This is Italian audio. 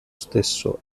stesso